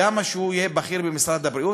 כמה שהוא יהיה בכיר במשרד הבריאות,